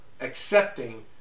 accepting